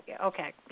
okay